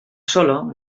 solo